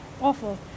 awful